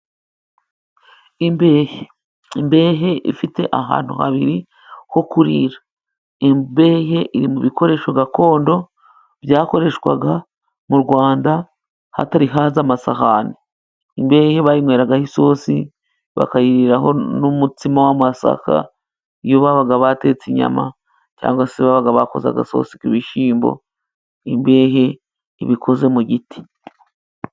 Imbehe, imbehe ifite ahantu habiri ho kurira ,imbehe iri mu bikoresho gakondo byakoreshwaga mu Rwanda hatari haza amasahani. Imbehe bayinyweragaho isosi bakayiriraho n'umutsima w'amasaka iyo babaga batetse inyama cyangwa se babaga bakoze agasosi k'ibishyimbo. Imbehe iba ikoze mu giti.